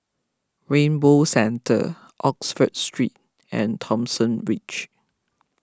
Rainbow Centre Oxford Street and Thomson Ridge